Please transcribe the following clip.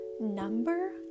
number